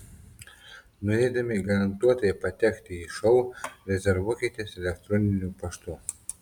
norėdami garantuotai patekti į šou rezervuokitės elektroniniu paštu